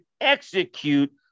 execute